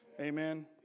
Amen